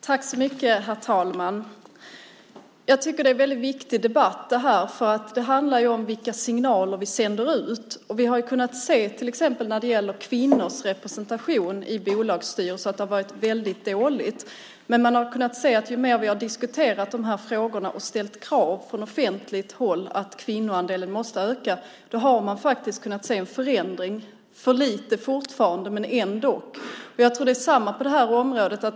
Herr talman! Det är en viktig debatt. Den handlar om vilka signaler vi sänder ut. Vi har kunnat se att kvinnors representation i bolagsstyrelser har varit dålig, men ju mer vi har diskuterat frågorna och ställt krav från offentligt håll på att kvinnoandelen måste öka desto mer har vi sett att det har blivit en förändring. Den är fortfarande för liten, men ändock. Det är samma sak på det här området.